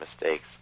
mistakes